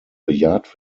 bejaht